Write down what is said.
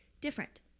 different